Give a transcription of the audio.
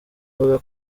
avuga